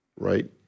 Right